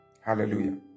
Hallelujah